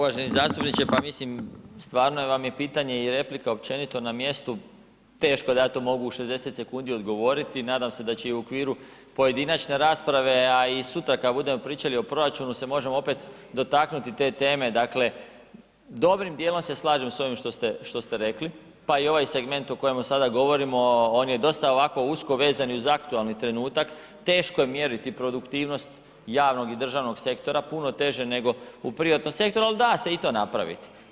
Uvaženi zastupniče, pa mislim stvarno vam je pitanje i replika općenito na mjestu, teško da ja to mogu u 60 sekundi odgovoriti, nadam se da će i u okviru pojedinačne rasprave, a i sutra kad budemo pričali o proračunu se možemo opet dotaknuti te teme, dakle dobrim djelom se slažem s ovim što ste, što ste rekli, pa i ovaj segment o kojemu sada govorimo, on je dosta ovako usko vezan i uz aktualni trenutak teško je mjeriti produktivnost javnog i državnog sektora, puno teže nego u privatnom sektoru ali da se i to napraviti.